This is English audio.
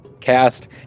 cast